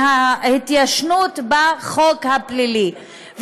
מההתיישנות בחוק הפלילי,